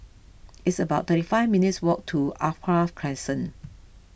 it's about thirty five minutes' walk to Alkaff Crescent